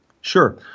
Sure